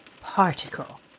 particle